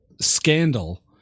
scandal